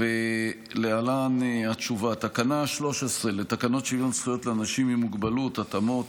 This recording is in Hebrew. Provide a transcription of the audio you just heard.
להלן התשובה: תקנה 13 לתקנות שוויון זכויות לאנשים עם מוגבלות (התאמות